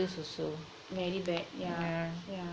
very bad yeah yeah